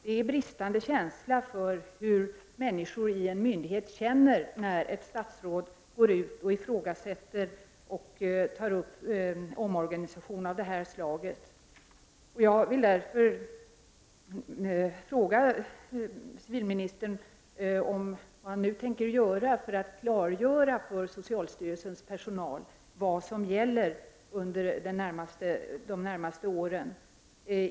Det visar en bristande känsla för hur människor i en myndighet känner, när ett statsråd går ut och ifrågasätter deras verksamhet och tar upp frågan om en omorganisation av det här slaget. Jag vill därför fråga civilministern vad han nu tänker göra för att klargöra för socialstyrelsens personal vad som gäller under de närmaste åren.